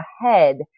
ahead